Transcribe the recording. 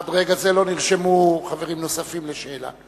עד רגע זה לא נרשמו חברים נוספים לשאלה.